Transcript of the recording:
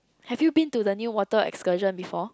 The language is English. have you been to the new water at Kajang before